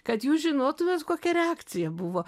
kad jūs žinotumėt kokia reakcija buvo